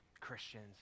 Christians